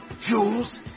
jewels